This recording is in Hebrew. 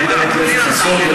חבר הכנסת חסון,